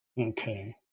Okay